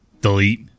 Delete